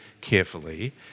carefully